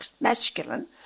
masculine